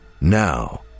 Now